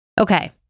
Okay